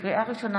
לקריאה ראשונה,